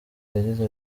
yagize